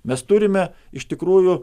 mes turime iš tikrųjų